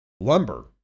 Lumber